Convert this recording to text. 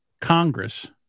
Congress